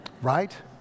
right